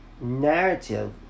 narrative